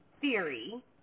theory